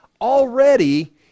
already